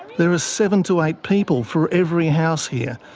there are seven to eight people for every house here,